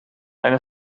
eine